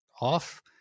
Off